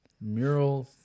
Murals